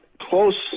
close